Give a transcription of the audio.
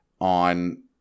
on